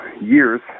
years